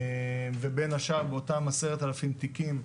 ובין השאר באותם 10,000 תיקים,